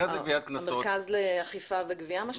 המרכז לאכיפה וגבייה מה שנקרא?